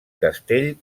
castell